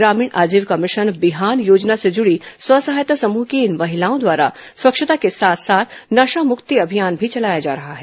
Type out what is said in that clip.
ग्रामीण आजीवका भिशन बिहान योजना से जुड़ी स्व सहायता समूह की इन महिलाओं द्वारा स्वच्छता के साथ साथ नशा मुक्ति अभियान भी चलाया जा रहा है